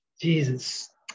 Jesus